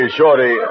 Shorty